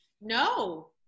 No